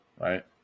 right